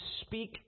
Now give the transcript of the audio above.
speak